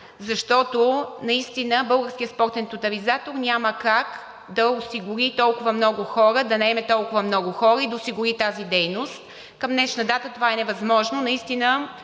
защото наистина Българският спортен тотализатор няма как да осигури толкова много хора, да наеме толкова много хора и да осигури тази дейност. Към днешна дата това е невъзможно.